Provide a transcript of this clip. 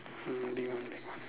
mm then won't get